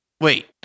wait